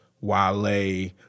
Wale